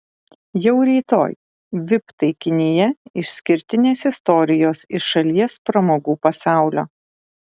jau rytoj vip taikinyje išskirtinės istorijos iš šalies pramogų pasaulio